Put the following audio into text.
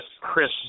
Chris